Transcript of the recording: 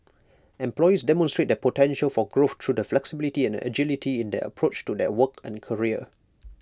employees demonstrate their potential for growth through the flexibility and agility in their approach to their work and career